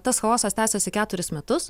tas chaosas tęsėsi keturis metus